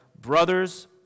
Brothers